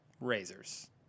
razors